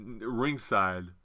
ringside